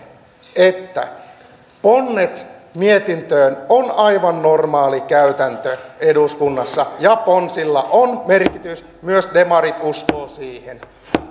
että ponnet mietintöön on aivan normaali käytäntö eduskunnassa ja ponsilla on merkitys myös demarit uskovat siihen